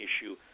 issue